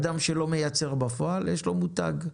אדם שלא מייצר בפועל ויש לו מותג.